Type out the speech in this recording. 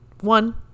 one